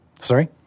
Sorry